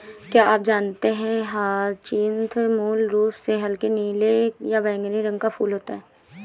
क्या आप जानते है ह्यचीन्थ मूल रूप से हल्के नीले या बैंगनी रंग का फूल होता है